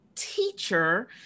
teacher